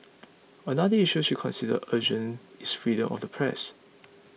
another issue she considers urgent is freedom of the press